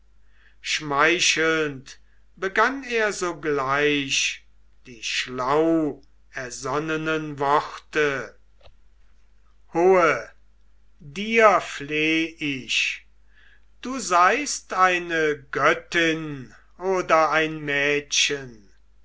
schmeichelnd begann er sogleich die schlau ersonnenen worte hohe dir fleh ich du seist eine göttin oder ein mädchen